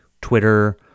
Twitter